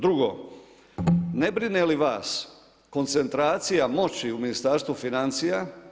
Drugo, ne brine li vas koncentracija moći u Ministarstvu financija.